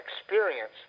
experience